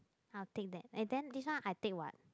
I'll take that and then this one I take what